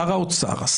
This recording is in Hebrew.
שר האוצר,